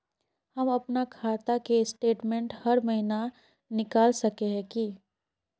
हम अपना खाता के स्टेटमेंट हर महीना निकल सके है की?